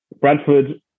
Bradford